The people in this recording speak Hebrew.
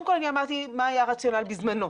קודם כל אני אמרתי מה היה הרציונל בזמנו.